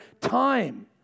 time